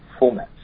formats